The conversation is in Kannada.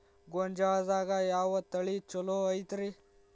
ಗೊಂಜಾಳದಾಗ ಯಾವ ತಳಿ ಛಲೋ ಐತ್ರಿ?